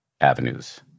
avenues